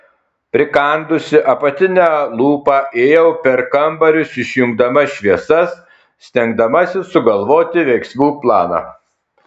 prikandusi apatinę lūpą ėjau per kambarius išjungdama šviesas stengdamasi sugalvoti veiksmų planą